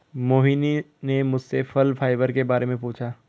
मोहिनी ने मुझसे फल फाइबर के बारे में पूछा